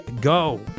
go